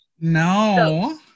No